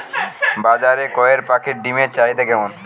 বাজারে কয়ের পাখীর ডিমের চাহিদা কেমন?